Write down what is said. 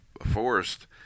forest